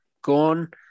con